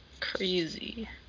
Crazy